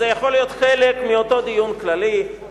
זה יכול להיות חלק מאותו דיון כללי,